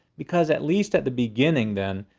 because at least at the beginning then,